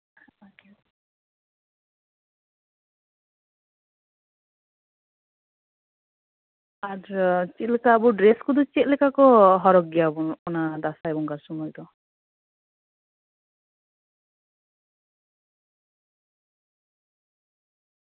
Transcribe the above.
ᱟᱨ ᱪᱮᱫᱞᱮᱠᱟ ᱰᱨᱮᱹᱥ ᱠᱚᱫᱚ ᱪᱮᱫᱞᱮᱠᱟ ᱠᱚ ᱦᱚᱨᱚᱜᱽ ᱜᱮᱭᱟ ᱵᱚᱱ ᱚᱱᱟ ᱫᱟᱸᱥᱟᱭ ᱵᱚᱸᱜᱟ ᱥᱚᱢᱚᱭ ᱫᱚ